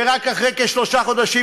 ורק אחרי כשלושה חודשים,